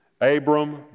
Abram